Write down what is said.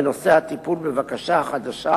ככל שתגובש על-ידי צוות השרים.